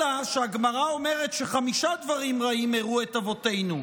אלא שהגמרא אומרת שחמישה דברים רעים הרעו את אבותינו,